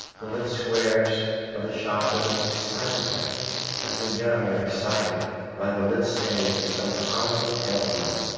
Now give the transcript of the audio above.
the lit squares of the shop windows excited him as the young are excited by the lit stage of some promising pantomime.